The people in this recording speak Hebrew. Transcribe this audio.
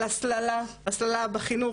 על הסללה הסללה בחינוך,